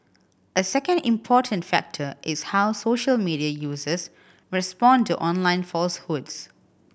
a second important factor is how social media users respond to online falsehoods